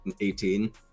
18